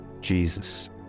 Jesus